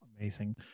amazing